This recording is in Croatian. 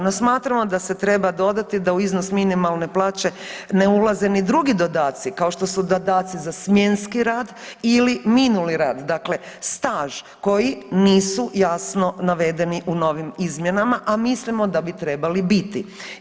No smatramo da se treba dodati da u iznos minimalne plaće ne ulaze ni drugi dodaci, kao što su dodaci za smjenski rad ili minuli rad, dakle staž koji nisu jasno navedeni u novim izmjenama, a mislimo da bi trebali biti.